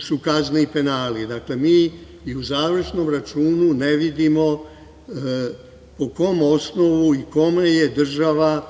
su kazne i penali. Dakle, mi i u završnom računu ne vidimo po kom osnovu i kome je država